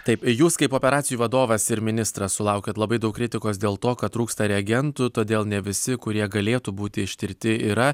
taip jūs kaip operacijų vadovas ir ministras sulaukiat labai daug kritikos dėl to kad trūksta reagentų todėl ne visi kurie galėtų būti ištirti yra